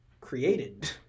created